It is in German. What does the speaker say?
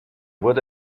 wurde